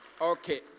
Okay